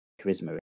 Charisma